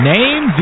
Name